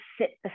sit